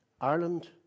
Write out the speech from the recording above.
Ireland